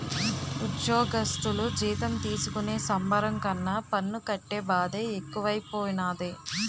ఉజ్జోగస్థులు జీతం తీసుకునే సంబరం కన్నా పన్ను కట్టే బాదే ఎక్కువైపోనాది